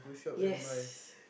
yes